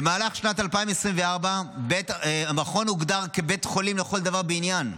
במהלך שנת 2024 המכון הוגדר כבית חולים לכל דבר ועניין.